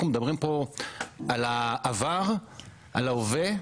אנחנו מדברים פה על העבר ועל ההווה,